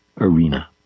arena